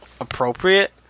appropriate